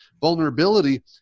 Vulnerability